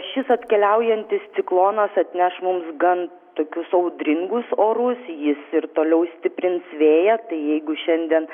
šis atkeliaujantis ciklonas atneš mums gan tokius audringus orus jis ir toliau stiprins vėją tai jeigu šiandien